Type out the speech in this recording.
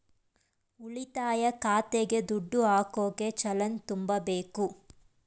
ಉಳಿತಾಯ ಖಾತೆಗೆ ದುಡ್ಡು ಹಾಕೋಕೆ ಚಲನ್ ತುಂಬಬೇಕು